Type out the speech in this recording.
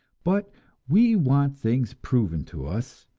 but we want things proven to us,